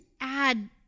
add